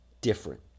different